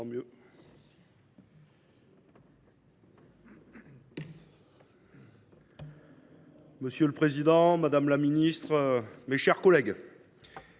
Monsieur le président, madame la ministre, mes chers collègues,